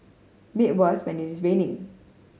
made worse when it is raining